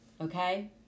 okay